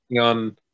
on